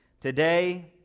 Today